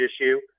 issue